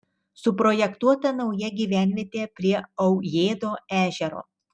suprojektuota nauja gyvenvietė prie aujėdo ežero